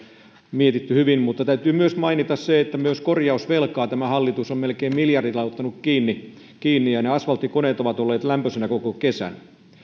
mietitty hyvin mutta täytyy myös mainita se että myös korjausvelkaa tämä hallitus on melkein miljardilla ottanut kiinni kiinni ja ne asfalttikoneet ovat olleet lämpöisinä koko kesän